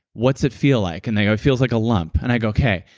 what's it feel like? and they go, it feels like a lump. and i go, okay,